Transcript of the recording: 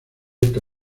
esta